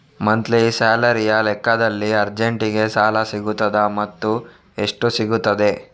Monthly ಸ್ಯಾಲರಿಯ ಲೆಕ್ಕದಲ್ಲಿ ಅರ್ಜೆಂಟಿಗೆ ಸಾಲ ಸಿಗುತ್ತದಾ ಮತ್ತುಎಷ್ಟು ಸಿಗುತ್ತದೆ?